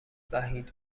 وحید